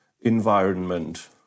environment